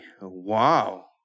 Wow